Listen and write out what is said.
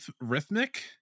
rhythmic